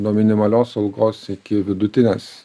nuo minimalios algos iki vidutinės